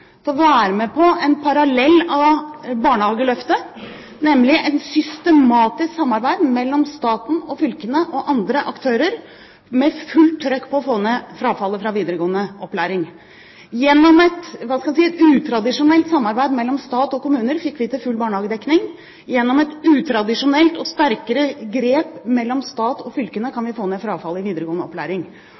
til å være med på en parallell av Barnehageløftet, nemlig et systematisk samarbeid mellom staten, fylkene og andre aktører – med fullt «trøkk» på å få ned frafallet fra videregående opplæring. Gjennom et utradisjonelt samarbeid mellom stat og kommuner fikk vi til full barnehagedekning – gjennom et utradisjonelt og sterkere grep mellom staten og fylkene kan vi få ned frafallet i videregående opplæring.